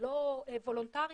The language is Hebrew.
ולא וולונטרי,